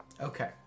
Okay